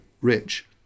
rich